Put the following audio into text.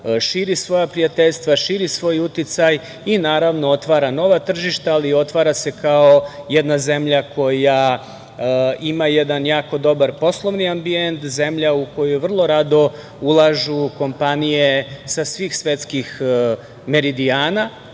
širi svoja prijateljstva, širi svoj uticaj i, naravno, otvara nova tržišta, ali otvara se kao jedna zemlja koja ima jedan jako dobar poslovni ambijent, zemlja u kojoj vrlo rado ulažu kompanije sa svih svetskih meridijana,